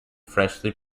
freshly